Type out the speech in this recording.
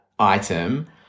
item